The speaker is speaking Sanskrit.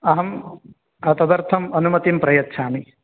अहं तदर्थम् अनुमतिं प्रयच्छामि